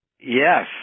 Yes